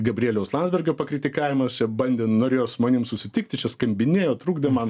gabrieliaus landsbergio pakritikavimas čia bandė norėjo su manim susitikti čia skambinėjo trukdė man